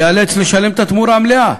והוא ייאלץ לשלם את התמורה המלאה.